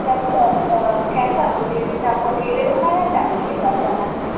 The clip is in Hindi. कैसा रूम चाहिए वैसे आपको अकेले रहना है या फैमली के साथ रहना है